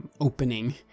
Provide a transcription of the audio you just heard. opening